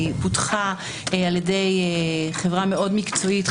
היא פותחה על ידי חברה מאוד מקצועית,